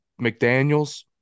mcdaniels